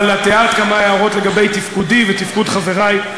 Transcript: אבל את הערת כמה הערות לגבי תפקודי ותפקוד חברי.